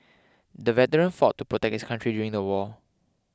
the veteran fought to protect his country during the war